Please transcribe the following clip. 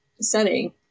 setting